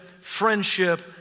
friendship